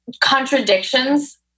contradictions